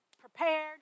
prepared